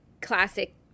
classic